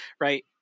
right